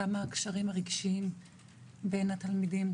כמה הקשרים הרגשיים והחברתיים בין התלמידים